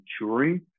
maturing